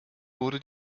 wurde